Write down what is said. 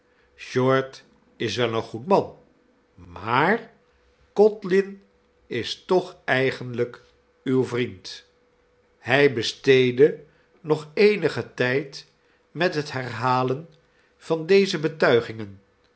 short is wel een goed man maar codlin is toch eigenlijk uw vriend hij besteedde nog eenigen tijd met het herhalen van deze betuigingen